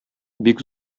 бик